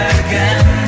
again